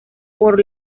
por